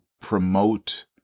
promote